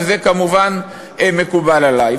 וזה כמובן מקובל עלי.